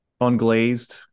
unglazed